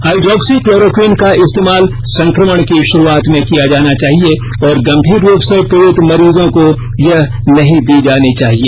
hydroxy chloroquine का इस्तेमाल संक्रमण की शुरूआत में किया जाना चाहिए और गंभीर रूप से पीडित मरीजों को यह नहीं दी जानी चाहिए